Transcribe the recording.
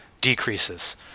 decreases